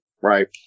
right